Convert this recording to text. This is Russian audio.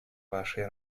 вашей